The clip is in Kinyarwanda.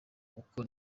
uko